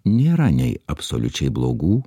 nėra nei absoliučiai blogų